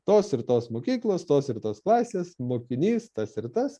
tos ir tos mokyklos tos ir tos klasės mokinys tas ir tas